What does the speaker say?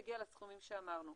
יגיע לסכומים שאמרנו.